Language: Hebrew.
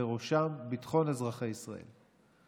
ובראשם ביטחון אזרחי ישראל.